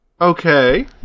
okay